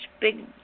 big